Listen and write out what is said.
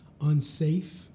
unsafe